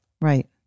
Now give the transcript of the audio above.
Right